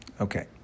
okay